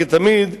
כתמיד,